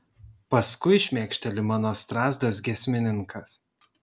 paskui šmėkšteli mano strazdas giesmininkas